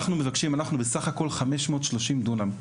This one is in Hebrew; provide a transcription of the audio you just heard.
אנחנו מבקשים אנחנו בסך הכל 530 דונם,